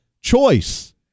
choice